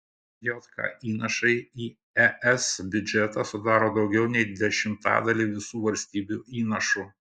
jk įnašai į es biudžetą sudaro daugiau nei dešimtadalį visų valstybių įnašų